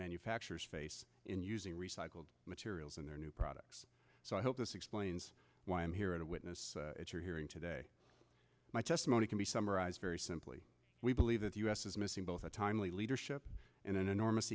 manufacturers face in using recycled materials and their new products so i hope this explains why i'm here as a witness at your hearing today my testimony can be summarized very simply we believe that the us is missing both a timely leadership in an enormous